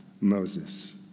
Moses